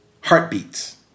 heartbeats